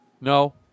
No